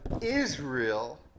Israel